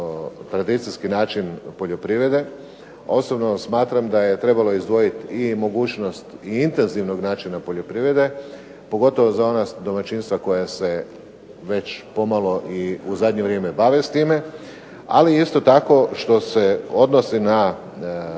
način poljoprivrede. Osobno smatram da je trebalo izdvojiti mogućnost intenzivnog načina poljoprivrede, pogotovo za ona domaćinstva koja se već pomalo u zadnje vrijeme bave s time, ali isto tako što se odnosi na,